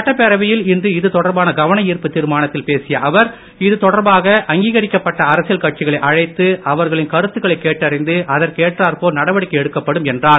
சட்டப்பேரவையில் இன்று இது தொடர்பான கவன ஈர்ப்பு தீர்மானத்தில் பேசிய அவர் இது தொடர்பாக அங்கீகரிக்கப்பட்ட அரசியல் கட்சிகளை அழைத்து அவர்களின் கருத்துக்களை கேட்டறிந்து அதற்கேற்றார்போல் நடவடிக்கை எடுக்கப்படும் என்றார்